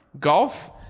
Golf